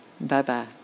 Bye-bye